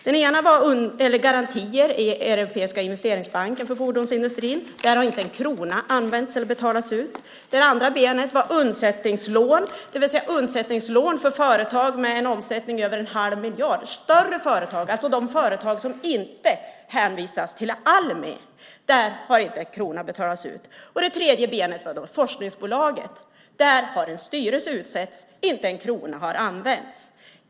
Det ena var garantier för fordonsindustrin i Europeiska investeringsbanken. Där har inte en krona betalats ut. Det andra benet var undsättningslån, det vill säga undsättningslån för företag med en omsättning över en halv miljard. Det handlar alltså om större företag, det vill säga de företag som inte hänvisas till Almi. Där har inte en krona betalats ut. Det tredje benet var forskningsbolaget. Där har en styrelse utsetts, men inte en krona har använts.